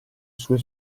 sue